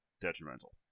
detrimental